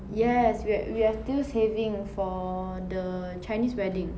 yes we a~ we are still saving for the chinese wedding